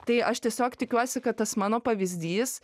tai aš tiesiog tikiuosi kad tas mano pavyzdys